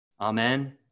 Amen